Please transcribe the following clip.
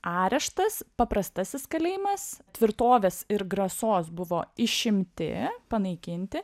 areštas paprastasis kalėjimas tvirtovės ir grasos buvo išimti panaikinti